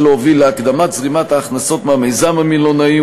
להוביל להקדמת זרימת ההכנסות מהמיזם המלונאי,